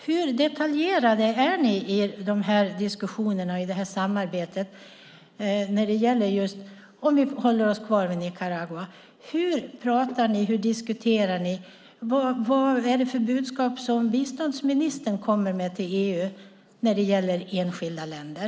Hur detaljerade är ni i diskussionerna och samarbetet? Hur diskuterar ni när det gäller Nicaragua? Vad kommer biståndsministern med för budskap till EU när det gäller enskilda länder?